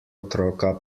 otroka